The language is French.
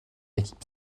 équipe